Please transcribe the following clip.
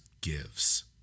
gives